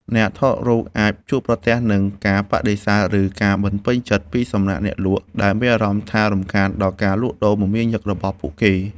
អ្នកថតរូបអាចជួបប្រទះនឹងការបដិសេធ ឬការមិនពេញចិត្តពីសំណាក់អ្នកលក់ ដែលមានអារម្មណ៍ថារំខានដល់ការលក់ដូរមមាញឹករបស់ពួកគេ។